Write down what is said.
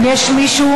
אם יש מישהו.